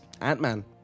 Ant-Man